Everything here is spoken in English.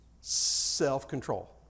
Self-control